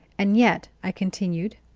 and yet, i continued,